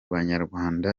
banyarwanda